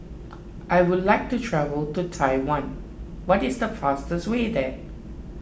I would like to travel to Taiwan what is the fastest way there